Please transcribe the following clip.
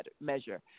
measure